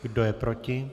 Kdo je proti?